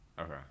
Okay